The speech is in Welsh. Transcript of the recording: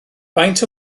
faint